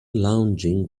lounging